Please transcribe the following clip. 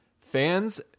Fans